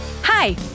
Hi